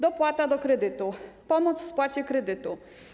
Dopłata do kredytu, pomoc w spłacie kredytu.